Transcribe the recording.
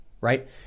right